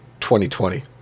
2020